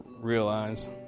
realize